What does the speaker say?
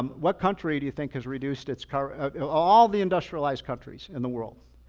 um what country do you think has reduced its car, in all the industrialized countries in the world,